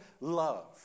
love